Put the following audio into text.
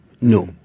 No